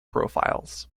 profiles